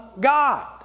God